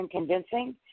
Convincing